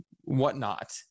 whatnot